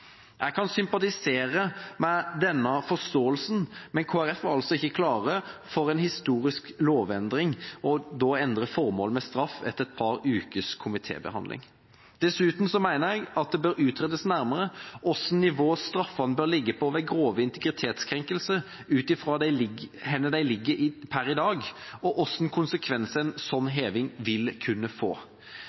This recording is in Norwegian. Jeg kan sympatisere med denne forståelsen, men Kristelig Folkeparti var altså ikke klare for en historisk lovendring og å endre formålet med straff etter et par ukers komitébehandling. Dessuten mener jeg at det bør utredes nærmere hvilket nivå straffene bør ligge på ved grove integritetskrenkelser, ut fra hvor de ligger per i dag, og hvilke konsekvenser en slik heving vil kunne få.